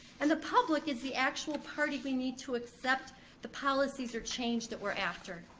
and the public is the actual party we need to accept the policies or change that we're after.